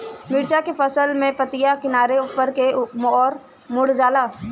मिरचा के फसल में पतिया किनारे ऊपर के ओर मुड़ जाला?